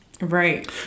right